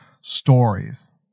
stories